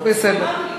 בסדר,